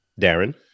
Darren